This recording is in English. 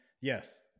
Yes